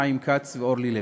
חיים כץ ואורלי לוי.